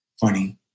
Funny